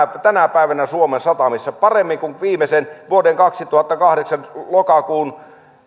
tänä päivänä suomen satamissa paremmin kuin viimeisen vuoden kaksituhattakahdeksan lokakuun